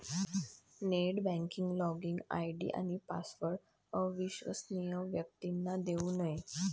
net banking login ID आणि password अविश्वसनीय व्यक्तींना देऊ नये